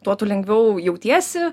tuo tu lengviau jautiesi